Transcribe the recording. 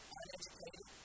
uneducated